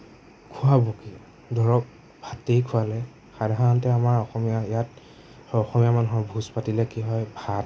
খোৱাব কি ধৰক ভাতেই খোৱালে সাধাৰণতে আমাৰ ইয়াত অসমীয়া মানুহৰ ভোজ পাতিলে কি হয় ভাত